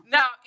Now